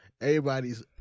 everybody's